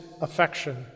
affection